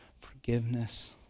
forgiveness